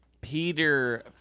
Peter